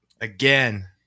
Again